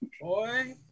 Boy